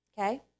okay